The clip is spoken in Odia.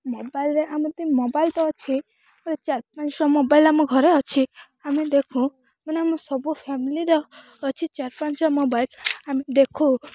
ମୋବାଇଲ ରେ ଏମିତି ମୋବାଇଲ ତ ଅଛି ଚାରି ପାଞ୍ଚଟା ମୋବାଇଲ ଆମ ଘରେ ଅଛି ଆମେ ଦେଖୁ ମାନେ ଆମେ ସବୁ ଫ୍ୟାମଲି ର ଅଛି ଚାର ପାଞ୍ଚ ଟା ମୋବାଇଲ ଆ ଦେଖୁ